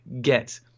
get